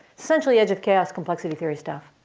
essentially edge of chaos, complexity theory stuff.